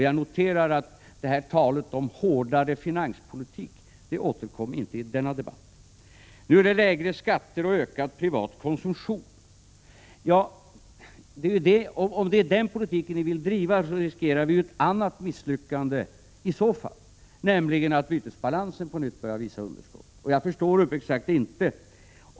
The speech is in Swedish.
Jag noterar att talet om hårdare finanspolitik inte återkom i denna debatt. Nu handlar det om lägre skatter och ökad privat konsumtion. Om det är denna politik som ni vill driva riskerar vi ett annat misslyckande, nämligen att bytesbalansen på nytt börjar visa underskott.